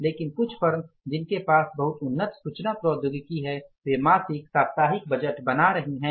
लेकिन कुछ फर्म जिन्हें पास बहुत उन्नत सूचना प्रौद्योगिकी है वे मासिक साप्ताहिक बजट बना रही हैं